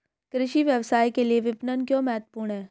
कृषि व्यवसाय के लिए विपणन क्यों महत्वपूर्ण है?